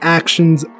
actions